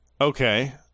Okay